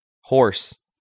Horse